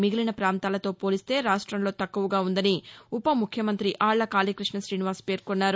మిగిలిన పాంతాలతో పోలిస్తే రాష్టంలో తక్కువగా ఉందని ఉపముఖ్యమంతి ఆళ్ళ కాళీ కృష్ణ గ్రశీనివాస్ పేర్కొన్నారు